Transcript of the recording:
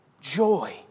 joy